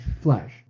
flesh